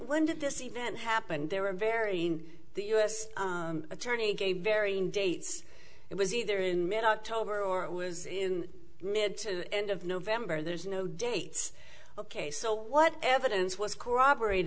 when did this event happened there are varying the u s attorney gave varying dates it was either in mid october or it was in mid to end of november there's no date ok so what evidence was corroborate